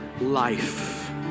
life